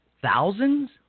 Thousands